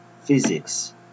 physics